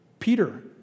Peter